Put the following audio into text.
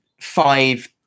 five